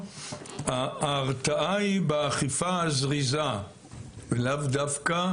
ההרתעה היא באכיפה הזריזה ולאו דווקא,